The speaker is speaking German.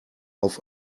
auf